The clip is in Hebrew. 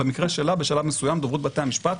במקרה שלה בשלב מסוים דוברות בתי המשפט